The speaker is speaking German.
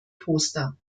poster